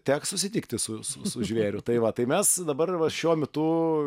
teks susitikti su su su žvėrių tai va tai mes dabar va šiuo metu